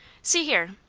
see here.